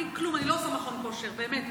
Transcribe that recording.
אני, כלום, אני לא עושה מכון כושר, באמת,